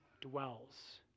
dwells